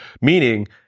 meaning